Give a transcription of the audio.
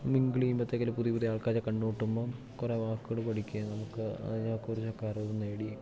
mingle ചെയ്യുമ്പത്തേക്ക് പുതിയ പുതിയ ആൾക്കാരെ കണ്ടുമുട്ടുമ്പോൾ കുറെ വാക്കുകള് പഠിക്കുക നമുക്ക് അതിനെക്കുറിച്ചൊക്കെ അറിവും നേടി